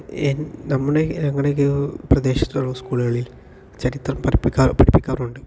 നമ്മുടെ ഞങ്ങടെ ഒക്കെ പ്രദേശത്തുള്ള സ്കൂളുകളിൽ ചരിത്രം പഠിപ്പിക്കാറുണ്ട്